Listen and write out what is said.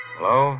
Hello